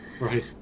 Right